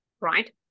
right